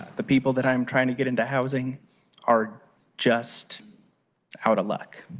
the people that i'm trying to get into housing are just out of luck.